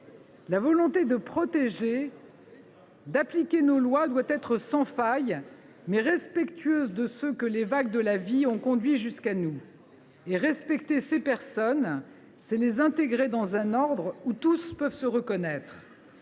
La volonté de protéger et d’appliquer nos lois doit être sans faille, mais respectueuse de ceux que les vagues de la vie ont conduits jusqu’à nous. Or respecter ces personnes, c’est les intégrer dans un ordre où tous peuvent se reconnaître.